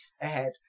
ahead